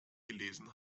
gelesen